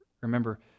Remember